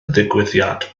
digwyddiad